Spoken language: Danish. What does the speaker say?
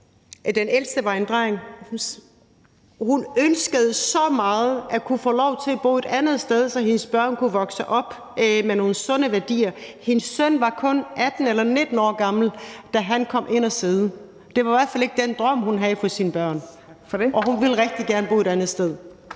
Den ældste var en dreng, og hun ønskede så meget at kunne få lov til at bo et andet sted, så hendes børn kunne vokse op med nogle sunde værdier. Hendes søn var kun 18 eller 19 år gammel, da han kom ind at sidde. Det var i hvert fald ikke den drøm, hun havde for sine børn, og hun ville rigtig gerne bo et andet sted.